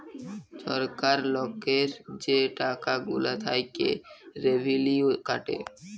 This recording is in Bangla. ছরকার লকের যে টাকা গুলা থ্যাইকে রেভিলিউ কাটে